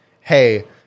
hey